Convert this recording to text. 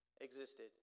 Existed